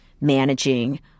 managing